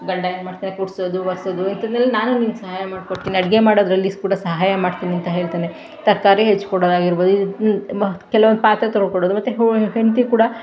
ಗಂಡ ಏನ್ಮಾಡ್ತಾನೆ ಗುಡಿಸೋದು ಒರೆಸೋದು ಇದನ್ನೆಲ್ಲ ನಾನು ನಿಂಗ ಸಹಾಯ ಮಾಡ್ಕೊಡ್ತೀನಿ ಅಡುಗೆ ಮಾಡೋದ್ರಲ್ಲಿ ಕೂಡ ಸಹಾಯ ಮಾಡ್ತೇನೆ ಅಂತ ಹೇಳ್ತಾನೆ ತರಕಾರಿ ಹೆಚ್ಕೊಡೋದಾಗಿರ್ಬೋದು ಕೆಲವು ಪಾತ್ರೆ ತೊಳೆದ್ಕೊಡೋದು ಮತ್ತು ಹೆಂಡತಿ ಕೂಡ